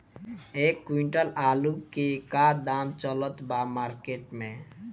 एक क्विंटल आलू के का दाम चलत बा मार्केट मे?